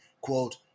quote